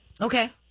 Okay